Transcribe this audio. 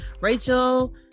Rachel